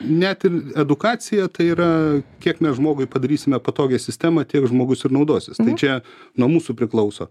net ir edukacija tai yra kiek žmogui padarysime patogią sistemą tiek žmogus ir naudosis čia nuo mūsų priklauso